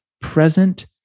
present